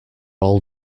all